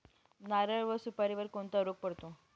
नारळ व सुपारीवर कोणता रोग पडतो?